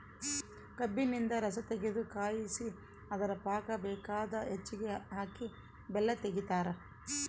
ಕಬ್ಬಿನಿಂದ ರಸತಗೆದು ಕಾಯಿಸಿ ಅದರ ಪಾಕ ಬೇಕಾದ ಹೆಚ್ಚಿಗೆ ಹಾಕಿ ಬೆಲ್ಲ ತೆಗಿತಾರ